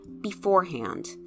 beforehand